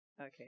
Okay